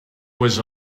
was